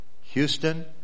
Houston